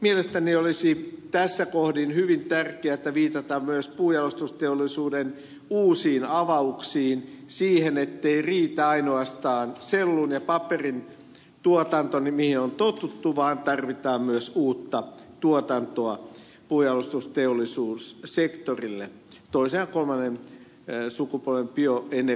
mielestäni olisi tässä kohdin hyvin tärkeätä viitata myös puunjalostusteollisuuden uusiin avauksiin siihen ettei riitä ainoastaan sellun ja paperin tuotanto mihin on totuttu vaan tarvitaan myös uutta tuotantoa puunjalostusteollisuussektorille toisen ja kolmannen sukupolven bioenergiaa esimerkiksi